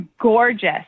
gorgeous